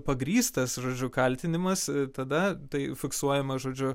pagrįstas žodžiu kaltinimas tada tai fiksuojama žodžiu